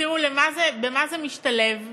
במה זה משתלב?